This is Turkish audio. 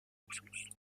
musunuz